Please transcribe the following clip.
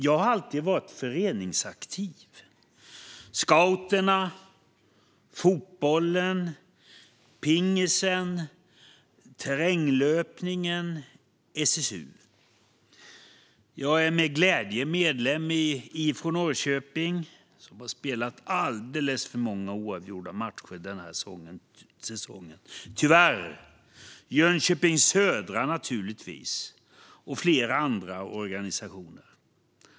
Jag har alltid varit föreningsaktiv: Scouterna, fotbollen, pingisen, terränglöpningen och SSU. Jag är med glädje medlem i IFK Norrköping, som tyvärr har spelat alldeles för många oavgjorda matcher den här säsongen, Jönköpings Södra naturligtvis och flera andra organisationer.